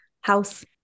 House